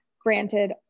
Granted